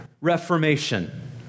reformation